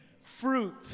fruit